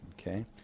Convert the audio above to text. Okay